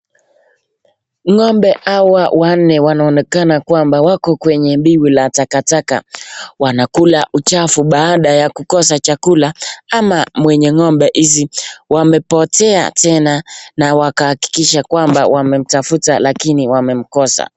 Ngombe hawa wanne wanaonekana kwamba wako kwenye biwi la takataka. Wanakula uchafu baada ya kukosa chakula ama mwenye ngombe hizi wamepotea tena na wakahakikisha kwamba wamemtafuta lakini wamemkosa.